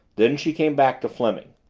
then she came back to fleming.